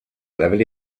level